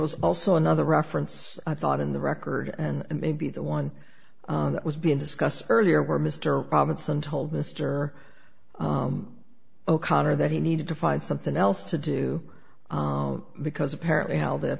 was also another reference i thought in the record and maybe the one that was being discussed earlier where mr robinson told mister o'connor that he needed to find something else to do because apparently now the